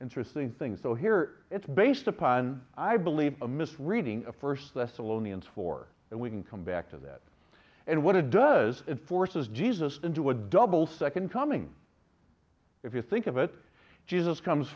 interesting things so here it's based upon i believe a misreading a first class alone eons for and we can come back to that and what it does it forces jesus into a double second coming if you think of it jesus comes